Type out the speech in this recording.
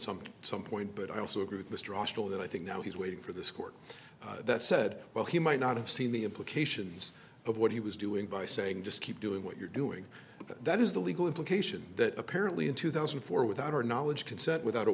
something some point but i also agree with mr austin that i think now he's waiting for this court that said well he might not have seen the implications of what he was doing by saying just keep doing what you're doing but that is the legal implications that apparently in two thousand and four without our knowledge consent without a